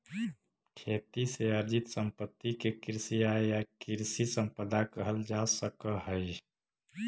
खेती से अर्जित सम्पत्ति के कृषि आय या कृषि सम्पदा कहल जा सकऽ हई